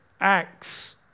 Acts